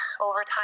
overtime